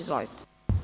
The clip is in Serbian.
Izvolite.